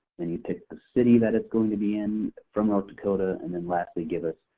then you take the city that it's going to be in from north dakota and then lastly give us,